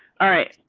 all right,